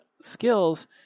skills